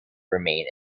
remain